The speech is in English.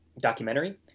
documentary